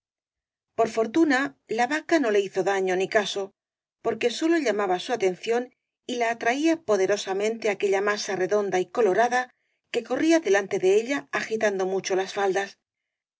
for tuna la vaca no le hizo daño ni caso porque solo llamaba su atención y la atraía poderosamente aquella masa redonda y colorada que corría de lante de ella agitando mucho las faldas